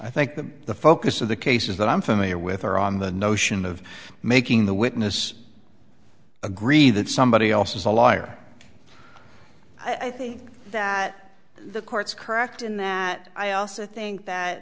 i think that the focus of the cases that i'm familiar with are on the notion of making the witness agree that somebody else is a liar i think that the court's correct in that i also think that